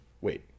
Wait